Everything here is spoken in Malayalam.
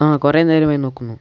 ആ കുറേ നേരമായി നോക്കുന്നു